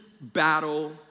battle